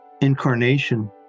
incarnation